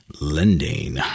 lending